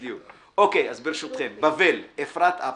אוקיי, אז ברשותכם, "בבל", אפרת אפטר.